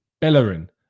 Bellerin